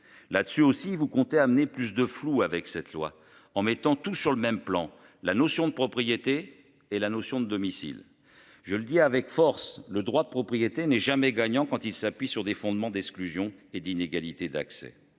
là-dessus aussi vous comptez amener plus de flou, avec cette loi en mettant tout sur le même plan la notion de propriété et la notion de domicile. Je le dis avec force le droit de propriété n'est jamais gagnant quand ils s'appuient sur des fondements d'exclusion et d'inégalités d'accès.